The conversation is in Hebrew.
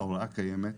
ההוראה קיימת.